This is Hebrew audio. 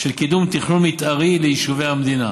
של קידום תכנון מתארי ליישובי המדינה,